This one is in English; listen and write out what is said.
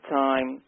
time